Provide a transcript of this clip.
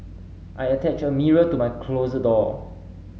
I attached a mirror to my closet door